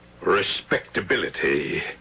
respectability